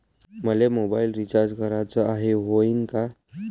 मले mobile recharge कराचा हाय, होईनं का?